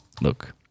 look